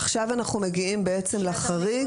עכשיו אנחנו מגיעים לחריג.